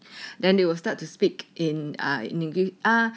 then they will start to speak in ah english ah